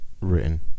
written